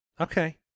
Okay